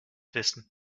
wissen